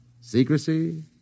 Secrecy